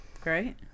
Great